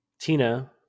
Tina